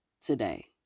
today